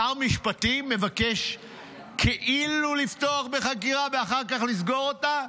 שר משפטים מבקש כאילו לפתוח בחקירה ואחר כך לסגור אותה?